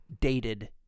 dated